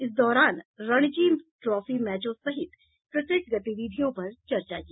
इस दौरान रणजी ट्रॉफी मैचों सहित क्रिकेट गतिविधियों पर चर्चा की